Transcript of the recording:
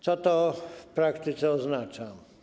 Co to w praktyce oznacza?